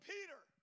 Peter